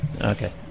Okay